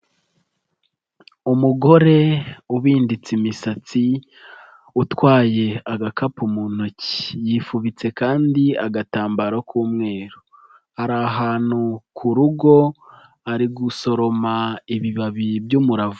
Umugore ubinditse imisatsi utwaye agakapu mu ntoki yifubitse kandi agatambaro k'umweru, ari ahantu ku rugo ari gusoroma ibibabi by'umuravumba.